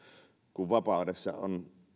kun vapaudessa on